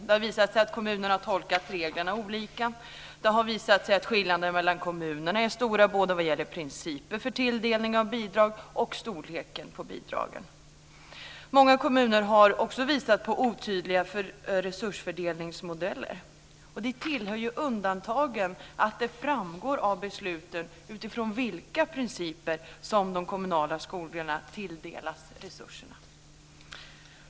Det har visat sig att kommunerna tolkar reglerna olika. Det har visat sig att skillnaderna mellan kommunerna är stora, både vad gäller principer för tilldelning av bidrag och vad gäller storleken på bidragen. Många kommuner har också visat sig ha otydliga resursfördelningsmodeller. Det tillhör också undantagen att det framgår av besluten utifrån vilka principer de kommunala skolorna tilldelas resurserna.